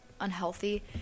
unhealthy